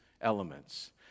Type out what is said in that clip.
elements